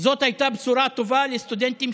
זאת הייתה בשורה טובה לסטודנטים,